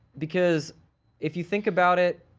because if you think about it,